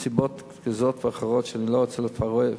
מסיבות כאלה ואחרות שאני לא רוצה לפרט,